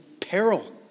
peril